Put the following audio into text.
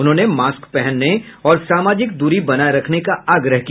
उन्होंने मास्क पहनने और सामाजिक दूरी बनाए रखने का आग्रह किया